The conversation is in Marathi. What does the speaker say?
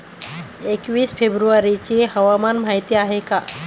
एकवीस फेब्रुवारीची हवामान माहिती आहे का?